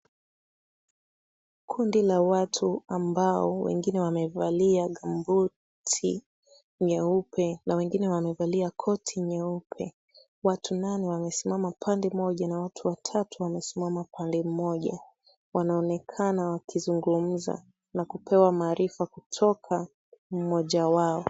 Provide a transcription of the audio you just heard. Kundi la watuambao wengine wamevalia gambuti nyeupena wengine wamevalia koti nyeupe. Watu nane wamesimama pande moja na watu watatu wamesimama upande mmoja. Wanaonekana wakizungumza na kupewa maarifa kutoka kwa mmoja wao.